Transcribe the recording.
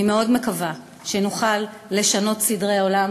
אני מאוד מקווה שנוכל לשנות סדרי עולם